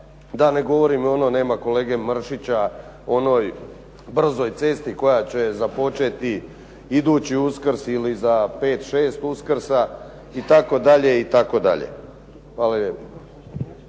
da ne govorim i onoj, nema kolege Mršića, o onoj brzoj cesti koja će započeti idući Uskrs ili za 5, 6 Uskra itd., itd.. Hvala